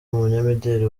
umunyamideli